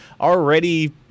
already